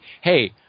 hey